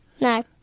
No